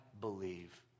believe